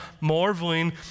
marveling